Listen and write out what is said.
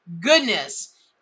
Goodness